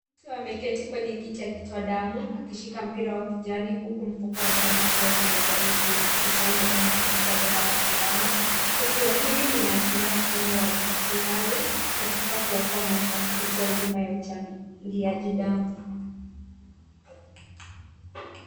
Mtu ameketi kwenye kiti akitoa damu akishika mpira wa kijani huku mfuko wa damu ukiwekwa mezani ukikusanya damu kupitia bomba la sindano. Tukio hili linaashiria mchango wa hiari katika kuokoa maisha kupitia huduma ya uchangiaji damu.